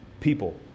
people